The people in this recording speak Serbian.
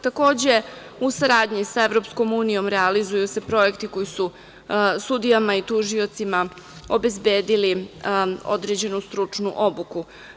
Takođe, u saradnji sa EU realizuju se projekti koji su sudijama i tužiocima obezbedili određenu stručnu obuku.